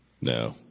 No